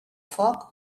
foc